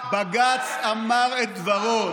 בג"ץ אמר את דברו.